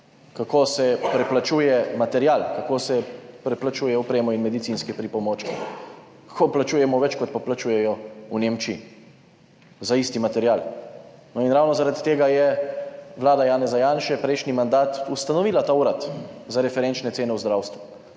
kako se preplačuje material, kako se preplačuje opremo in medicinske pripomočke, ko plačujemo več, kot pa plačujejo v Nemčiji, za isti material. In ravno zaradi tega je vlada Janeza Janše prejšnji mandat ustanovila ta urad za referenčne cene v zdravstvu.